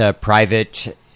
private